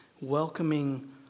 welcoming